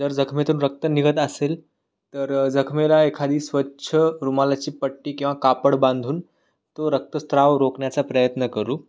जर जखमेतून रक्त निघत असेल तर जखमेला एखादी स्वच्छ रूमालाची पट्टी किंवा कापड बांधून तो रक्तस्त्राव रोखण्याचा प्रयत्न करू